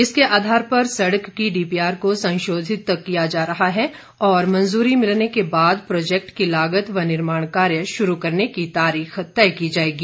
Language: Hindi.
इसके आधार पर सड़क की डीपीआर को संशोधित किया जा रहा है और मंजूरी मिलने के बाद प्रोजैक्ट की लागत व निर्माण कार्य शुरू करने की तारीख तय की जाएगी